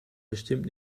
bestimmt